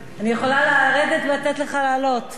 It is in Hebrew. אני יכולה לרדת ולתת לך לעלות, לא, לא.